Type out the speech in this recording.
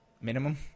minimum